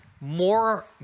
More